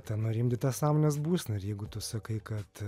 ten nurimdyta sąmonės būsena ir jeigu tu sakai kad